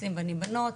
בנים בנות,